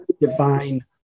divine